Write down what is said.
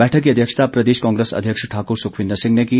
बैठक की अध्यक्षता प्रदेश कांग्रेस अध्यक्ष ठाक्र सुखविन्द्र सिंह ने की